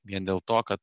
vien dėl to kad